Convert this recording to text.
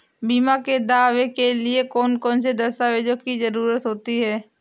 बीमा के दावे के लिए कौन कौन सी दस्तावेजों की जरूरत होती है?